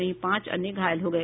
वहीं पांच अन्य घायल हो गये